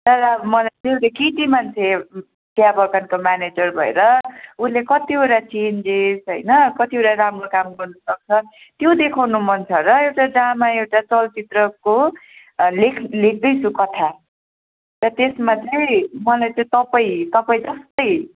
तर अब मलाई एउटा केटीमान्छे चिया बगानको म्यानेजर भएर उसले कतिवटा चेन्जेस् हैन कतिवटा राम्रो काम गर्नु सक्छ त्यो देखाउनु मन छ र एउटा ड्रामा एउटा चलचित्रको लेख लेख्दैछु कथा त त्यसमा चाहिँ मलाई चाहिँ तपाईँ तपाईँ जस्तै